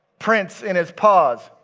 prints in his paws,